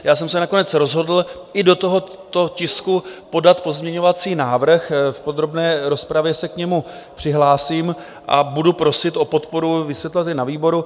Já jsem se nakonec rozhodl i do tohoto tisku podat pozměňovací návrh, v podrobné rozpravě se k němu přihlásím, a budu prosit o podporu, vysvětlovat i na výboru.